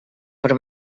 per